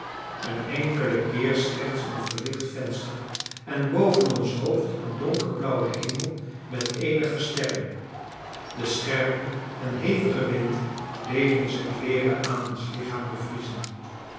een enkelen keer slechts een verlicht venster en boven ons hoofd een donkerblauwe hemel met eenige sterren de scherpe en hevige wind deed onze kleeren aan ons lichaam bevriezen